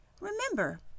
Remember